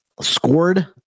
scored